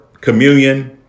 communion